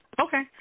Okay